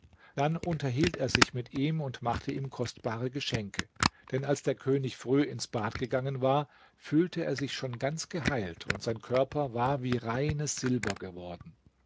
dann unterhielt er sich mit ihm und machte ihm kostbare geschenke denn als der könig früh ins bad gegangen war fühlte er sich schon ganz geheilt und sein körper war wie reines silber geworden